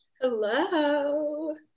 Hello